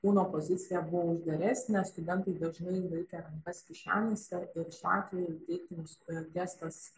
kūno pozicija buvo uždaresnė studentai dažnai laikė rankas kišenėse ir šiuo atveju deiktinis gestas